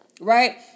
right